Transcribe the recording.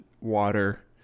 water